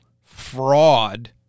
fraud